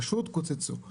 פשוט קוצצו.